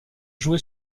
joué